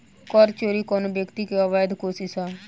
कर चोरी कवनो व्यक्ति के अवैध कोशिस ह